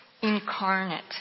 incarnate